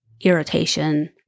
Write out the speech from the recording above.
irritation